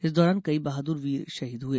इस दौरान कई बहादुर वीर शहीद हुए